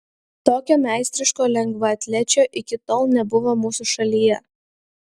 tokio meistriško lengvaatlečio iki tol nebuvo mūsų šalyje